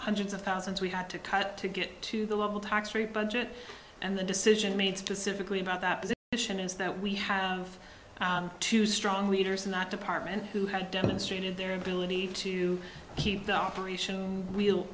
hundreds of thousands we had to cut to get to the local tax rate budget and the decision made specifically about that is that we have two strong leaders in that department who have demonstrated their ability to keep the operation wheel